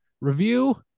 review